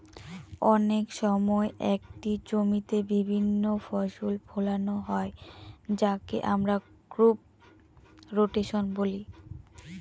অনেক সময় একটি জমিতে বিভিন্ন ফসল ফোলানো হয় যাকে আমরা ক্রপ রোটেশন বলি